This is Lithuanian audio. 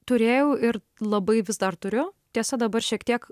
turėjau ir labai vis dar turiu tiesa dabar šiek tiek